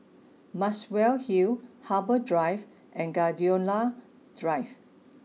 Muswell Hill Harbour Drive and Gladiola Drive